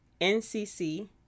NCC